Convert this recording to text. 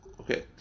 Okay